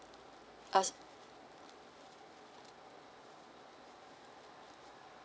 us